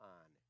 on